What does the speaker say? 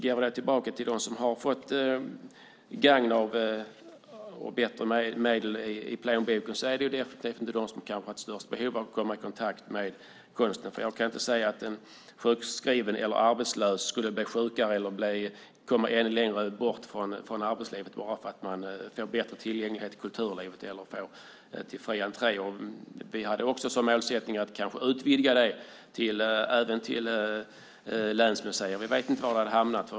De som har fått gagn av er politik och fått större medel i plånboken är definitivt inte de som haft störst behov av att komma i kontakt med konsten. Jag kan inte se att en sjukskriven eller arbetslös skulle bli sjukare eller komma ännu längre bort från arbetslivet bara för att man får bättre tillgänglighet till kulturlivet eller får fri entré. Vi hade som målsättning att utvidga detta även till länsmuseer. Vi vet inte var vi hade hamnat.